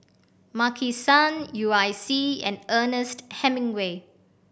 Maki San U I C and Ernest Hemingway